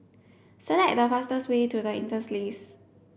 select the fastest way to The Interlace